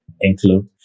include